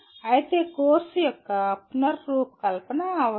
అయితే కోర్సు యొక్క పునర్ రూపకల్పన అవసరం